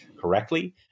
correctly